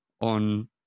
on